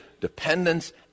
dependence